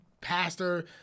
pastor